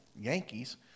Yankees